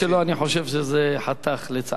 אני חושב שזה חתך, לצערי הרב.